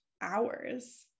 hours